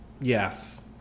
Yes